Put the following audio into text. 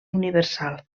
universal